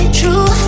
true